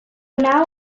now